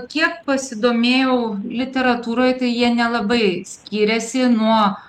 kiek pasidomėjau literatūroj tai jie nelabai skiriasi nuo